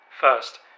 First